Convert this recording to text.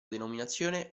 denominazione